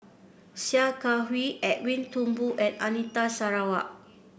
Sia Kah Hui Edwin Thumboo and Anita Sarawak